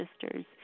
sisters